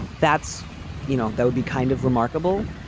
that's you know, that would be kind of remarkable.